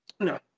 No